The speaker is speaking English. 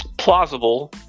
Plausible